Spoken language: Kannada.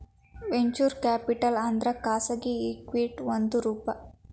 ವೆಂಚೂರ್ ಕ್ಯಾಪಿಟಲ್ ಅಂದ್ರ ಖಾಸಗಿ ಇಕ್ವಿಟಿ ಒಂದ್ ರೂಪ